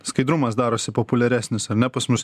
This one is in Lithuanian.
skaidrumas darosi populiaresnis ar ne pas mus